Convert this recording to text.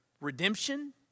Redemption